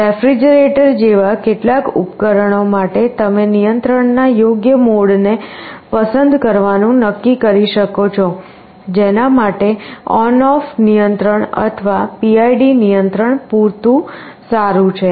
refrigerator જેવા કેટલાક ઉપકરણો માટે તમે નિયંત્રણના યોગ્ય મોડને પસંદ કરવાનું નક્કી કરી શકો છો જેના માટે ON OFF નિયંત્રણ અથવા PID નિયંત્રણ પૂરતું સારું છે